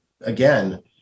again